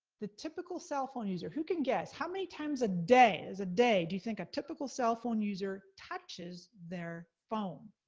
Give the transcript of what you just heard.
the typical cellphone user, who can guess? how many times a day? as a day, do you think a typical cellphone user touches their phone?